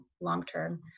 long-term